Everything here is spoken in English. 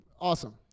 Awesome